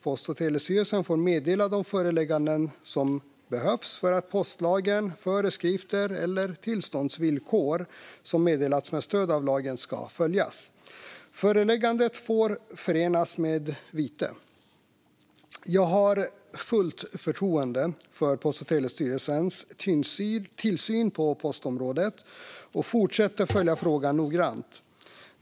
Post och telestyrelsen får meddela de förelägganden som behövs för att postlagen, föreskrifter eller tillståndsvillkor som meddelats med stöd av lagen ska följas. Föreläggandet får förenas med vite. Jag har fullt förtroende för Post och telestyrelsens tillsyn på postområdet och fortsätter att följa frågan noggrant.